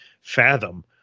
fathom